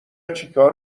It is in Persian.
چیکار